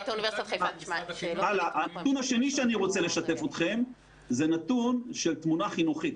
הנתון השני שאני רוצה לשתף אתכם זה נתון של תמונה חינוכית.